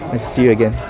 see you again.